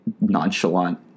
nonchalant